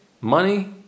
Money